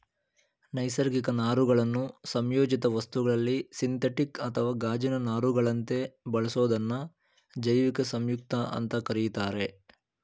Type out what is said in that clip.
ನೈಸರ್ಗಿಕ ನಾರುಗಳನ್ನು ಸಂಯೋಜಿತ ವಸ್ತುಗಳಲ್ಲಿ ಸಿಂಥೆಟಿಕ್ ಅಥವಾ ಗಾಜಿನ ನಾರುಗಳಂತೆ ಬಳಸೋದನ್ನ ಜೈವಿಕ ಸಂಯುಕ್ತ ಅಂತ ಕರೀತಾರೆ